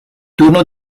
turno